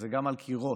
זה גם על קירות.